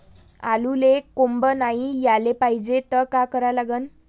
आलूले कोंब नाई याले पायजे त का करा लागन?